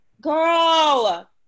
Girl